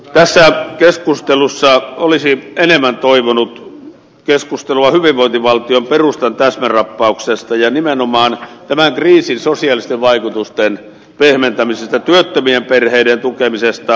tässä keskustelussa olisi enemmän toivonut keskustelua hyvinvointivaltion perustan täsmärappauksesta ja nimenomaan tämän kriisin sosiaalisten vaikutusten pehmentämisestä työttömien perheiden tukemisesta